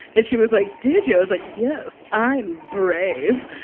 and she was like, did you? i was like, yes. i'm brave.